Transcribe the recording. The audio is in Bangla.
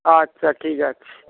আচ্ছা ঠিক আছে